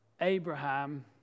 Abraham